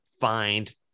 find –